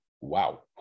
wow